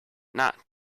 not